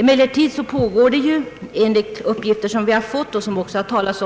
Enligt uppgifter som vi har fått och som även nämnts